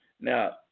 Now